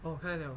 哦开 liao ah